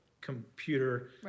computer